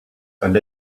and